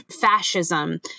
fascism